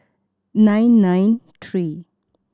nine nine three